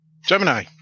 Gemini